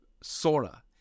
Sora